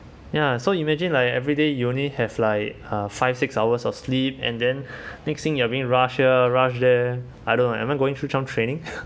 ya so imagine like everyday you only have like uh five six hours of sleep and then mixing you are being rushed here and rush there I don't know am I going through some training